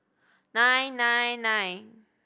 nine nine nine